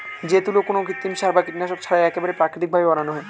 যে তুলো কোনো কৃত্রিম সার বা কীটনাশক ছাড়াই একেবারে প্রাকৃতিক ভাবে বানানো হয়